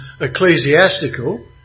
ecclesiastical